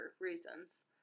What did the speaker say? reasons